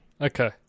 Okay